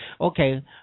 okay